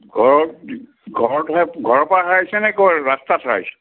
ঘৰত ঘৰৰ পৰা ঘৰৰ পৰা হেৰাইছেনে ক'ৰ ৰাস্তাত হেৰাইছে